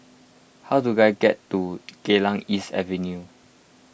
how do I get to Geylang East Avenue